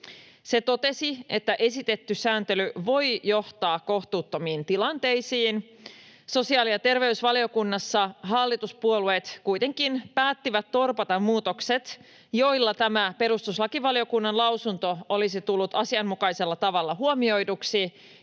Se totesi, että esitetty sääntely voi johtaa kohtuuttomiin tilanteisiin. Sosiaali- ja terveysvaliokunnassa hallituspuolueet kuitenkin päättivät torpata muutokset, joilla tämä perustuslakivaliokunnan lausunto olisi tullut asianmukaisella tavalla huomioiduksi